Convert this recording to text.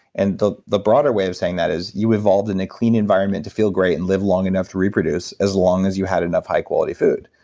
and the the broader way of saying that is you evolved in a clean environment to feel great and live long enough to reproduce, as long as you had enough high quality food.